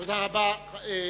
תודה רבה.